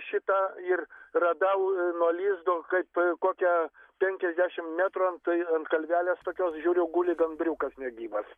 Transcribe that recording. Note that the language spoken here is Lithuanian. šita ir radau nuo lizdo kaip kokia penkiasdešim metrų antai ant kalvelės tokios žiūriu guli gandriukas negyvas